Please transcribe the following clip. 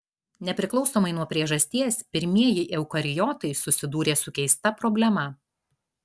nepriklausomai nuo priežasties pirmieji eukariotai susidūrė su keista problema